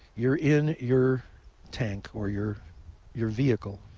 you're in your tank or your your vehicle,